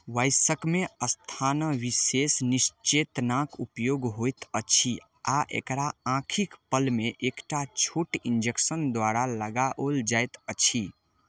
वायसकमे स्थान विशेष निश्चेतनाक उपयोग होइत अछि आ एकरा आँखिक पलकमे एकटा छोट इन्जेक्शन द्वारा लगाओल जाइत अछि